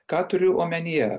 ką turiu omenyje